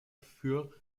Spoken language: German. für